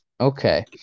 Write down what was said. okay